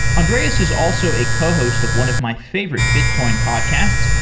andreas is also a cohost of one of my favorite bitcoin podcasts,